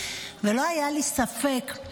ולא היה לי ספק.